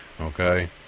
Okay